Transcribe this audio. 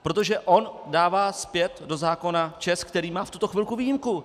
Protože on dává zpět do zákona ČEZ, který má v tuto chvíli výjimku.